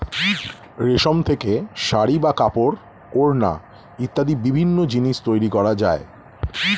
রেশম থেকে শাড়ী বা কাপড়, ওড়না ইত্যাদি বিভিন্ন জিনিস তৈরি করা যায়